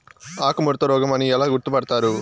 ఆకుముడత రోగం అని ఎలా గుర్తుపడతారు?